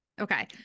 Okay